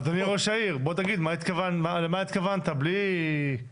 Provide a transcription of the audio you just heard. אדוני ראש העיר, בוא תגיד למה התכוונת, בלי רמזים.